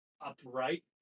upright